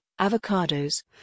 avocados